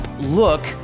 look